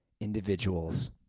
individuals